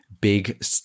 big